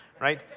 right